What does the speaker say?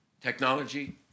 Technology